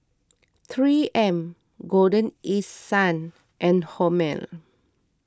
three M Golden East Sun and Hormel